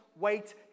Wait